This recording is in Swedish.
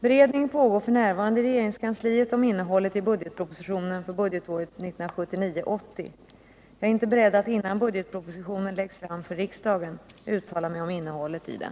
Beredning pågår f. n. i regeringskansliet om innehållet i budgetpropositionen för budgetåret 1979/80. Jag är inte beredd att innan budgetpropositionen läggs fram för riksdagen uttala mig om innehållet i den.